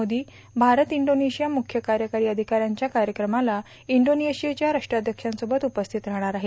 Modi Bharat Indonesia मुख्य कार्यकारी अधिकाऱ्यांच्या कार्यक्रमात इंडोनेशियाच्या राष्ट्राध्यक्षांसोबत उपस्थित राहणार आहे